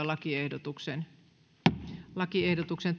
lakiehdotuksesta lakiehdotuksesta